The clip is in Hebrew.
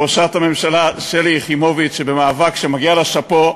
ראשת הממשלה שלי יחימוביץ, שבמאבק, ומגיע לה שאפו,